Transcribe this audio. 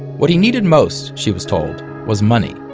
what he needed most, she was told, was money.